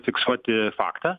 fiksuoti faktą